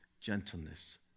gentleness